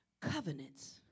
covenants